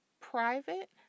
private